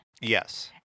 Yes